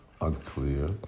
unclear